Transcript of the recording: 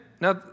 Now